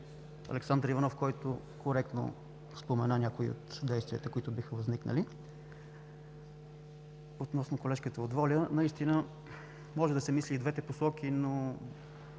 Александър Иванов, който коректно спомена някои от действията, които биха възникнали. Относно колежката от „Воля“ – наистина може да се мисли и в двете посоки, но